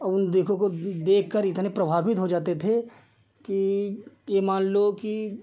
उन देखो को देखकर इतने प्रभावित हो जाते थे कि यह मान लो कि